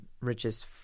richest